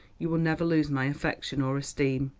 you will never lose my affection or esteem.